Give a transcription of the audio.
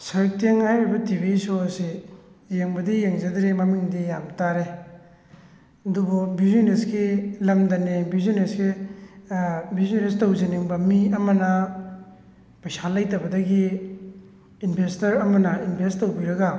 ꯁꯩꯇꯪ ꯍꯥꯏꯔꯤꯕ TV show ꯑꯁꯤ ꯌꯦꯡꯕꯗꯤ ꯌꯦꯡꯖꯗ꯭ꯔꯤ ꯃꯃꯤꯡꯗꯤ ꯌꯥꯝ ꯇꯥꯔꯦ ꯑꯗꯨꯕꯨ ꯕꯤꯖꯤꯅꯦꯁꯀꯤ ꯂꯝꯗꯅꯤ ꯕꯤꯖꯤꯅꯦꯁꯁꯤ ꯕꯤꯖꯤꯅꯦꯁ ꯇꯧꯖꯅꯤꯡꯕ ꯃꯤ ꯑꯃꯅ ꯄꯩꯁꯥ ꯂꯩꯇꯕꯗꯒꯤ ꯏꯟꯚꯦꯁꯇꯔ ꯑꯃꯅ ꯏꯟꯚꯦꯁ ꯇꯧꯕꯤꯔꯒ